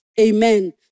Amen